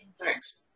Thanks